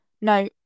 no